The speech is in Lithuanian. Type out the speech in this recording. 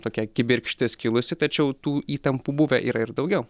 tokia kibirkštis kilusi tačiau tų įtampų buvę yra ir daugiau